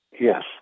Yes